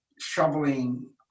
shoveling